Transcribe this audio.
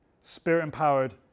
spirit-empowered